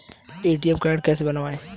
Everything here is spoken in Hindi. ए.टी.एम कार्ड कैसे बनवाएँ?